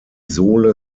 sohle